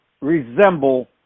resemble